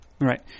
Right